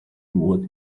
what